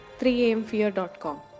3amfear.com